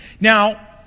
Now